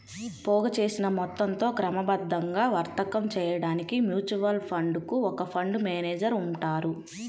పోగుచేసిన మొత్తంతో క్రమబద్ధంగా వర్తకం చేయడానికి మ్యూచువల్ ఫండ్ కు ఒక ఫండ్ మేనేజర్ ఉంటారు